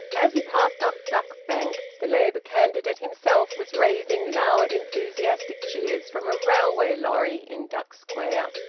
as he passed up duck bank the labour candidate himself was raising loud enthusiastic cheers from a railway lorry in duck square,